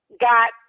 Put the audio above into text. got